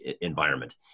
environment